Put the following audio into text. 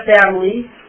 family